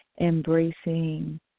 embracing